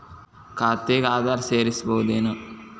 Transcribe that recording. ಖಾತೆಗೆ ಆಧಾರ್ ಸೇರಿಸಬಹುದೇನೂ?